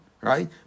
right